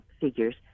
figures